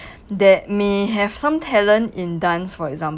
that may have some talent in dance for example